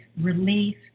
relief